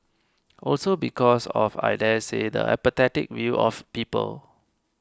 also because of I daresay the apathetic view of people